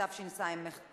התשס"ט